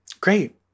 Great